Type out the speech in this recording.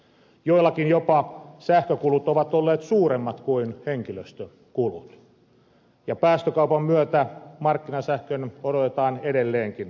joillakin jopa sähkökulut ovat olleet suuremmat kuin henkilöstökulut ja päästökaupan myötä markkinasähkön odotetaan edelleenkin kallistuvan